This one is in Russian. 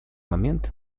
момент